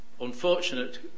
unfortunate